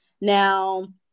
Now